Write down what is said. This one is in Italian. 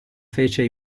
fece